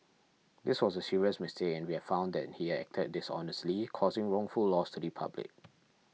this was a serious mistake and we have found that he acted dishonestly causing wrongful loss to the public